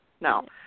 No